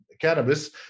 cannabis